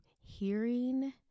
hearing